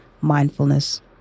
mindfulness